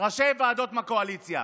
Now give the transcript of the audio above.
ראשי ועדות מהקואליציה.